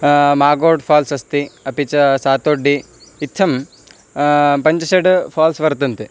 Magod falls अस्ति अपि च सातोड्डि इत्थं पञ्चषड् फ़ाल्स् वर्तन्ते